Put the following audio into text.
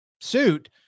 suit